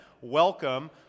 welcome